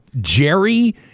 Jerry